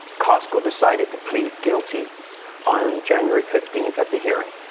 costco decided to plead guilty on january fifteenth at the hearing,